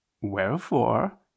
Wherefore